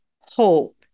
hope